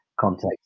context